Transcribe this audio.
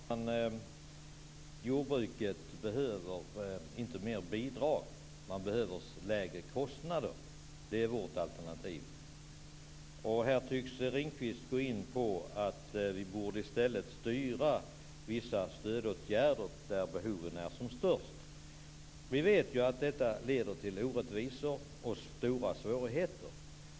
Fru talman! Jordbruket behöver inte mer bidrag, utan man behöver lägre kostnader. Det är vårt alternativ. Här tycks Jonas Ringqvist vara inne på att vi i stället borde styra vissa stödåtgärder dit där behoven är som störst. Men vi vet att detta leder till orättvisor och till stora svårigheter.